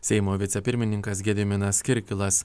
seimo vicepirmininkas gediminas kirkilas